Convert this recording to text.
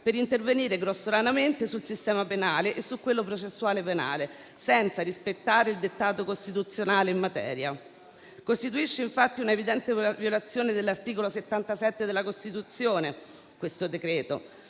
per intervenire grossolanamente sul sistema penale e su quello processuale penale, senza rispettare il dettato costituzionale in materia. Il decreto-legge in esame costituisce, infatti, una evidente violazione dell'articolo 77 della Costituzione, posto che